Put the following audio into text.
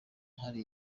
hari